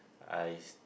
I